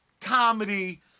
comedy